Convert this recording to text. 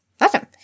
Awesome